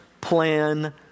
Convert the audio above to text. plan